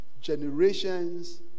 generations